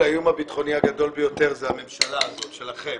האיום הביטחוני הגדול ביותר זה הממשלה שלכם